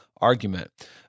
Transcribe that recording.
argument